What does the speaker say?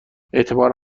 اعتبار